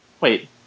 wait